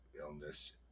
illness